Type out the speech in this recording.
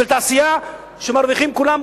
של תעשייה שמרוויחים כולם,